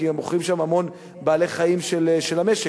כי הם מוכרים שם המון בעלי-חיים של המשק,